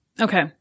Okay